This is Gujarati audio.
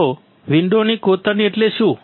તો વિન્ડોની કોતરણી એટલે શું